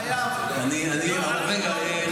אבל גם לא חייבים, רגע.